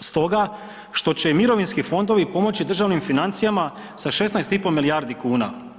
stoga što će i mirovinski fondovi pomoći državnim financijama sa 16,5 milijardi kuna.